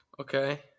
Okay